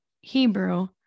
Hebrew